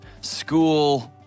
school